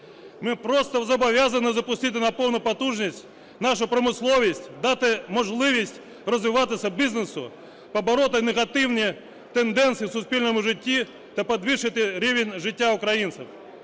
Ми просто зобов'язані запустити на повну потужність нашу промисловість, дати можливість розвиватися бізнесу, побороти негативні тенденції в суспільному житті та підвищити рівень життя українців.